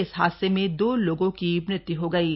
इस हादसे में दो लोगों की मृत्यु हो गई है